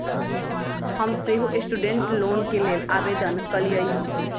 हम सेहो student loan के लेल आवेदन कलियइ ह